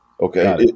Okay